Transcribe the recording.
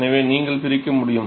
எனவே நீங்கள் பிரிக்க முடியும்